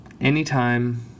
anytime